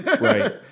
right